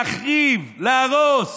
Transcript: להחריב, להרוס,